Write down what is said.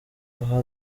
aho